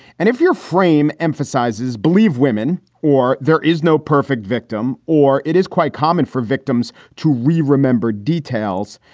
and if your frame emphasizes believe women or there is no perfect victim or it is quite common for victims to re remember details,